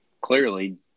clearly